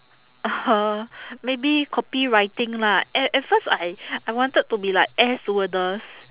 uh maybe copywriting lah at at first I I wanted to be like air stewardess